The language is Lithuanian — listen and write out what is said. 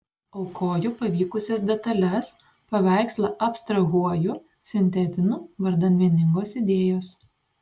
aukoju pavykusias detales paveikslą abstrahuoju sintetinu vardan vieningos idėjos